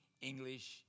English